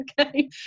okay